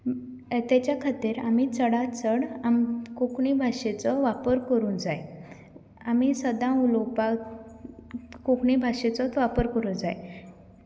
ताच्या खातीर आमी चडांत चड आमचे कोंकणी भाशेचो वापर करूंक जाय आमी सदांच उलोपाक कोंकणी भाशेचोच वापर करूंक जाय